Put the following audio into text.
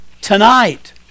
tonight